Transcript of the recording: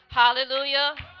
hallelujah